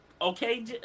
Okay